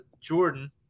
Jordan